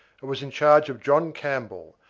it was in charge of john campbell,